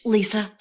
Lisa